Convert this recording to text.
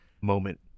moment